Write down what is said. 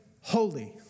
holy